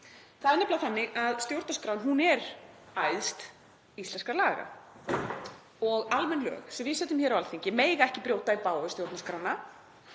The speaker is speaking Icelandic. Það er nefnilega þannig að stjórnarskráin er æðst íslenskra laga og almenn lög sem við setjum hér á Alþingi mega ekki brjóta í bága við stjórnarskrána